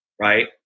Right